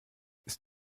ist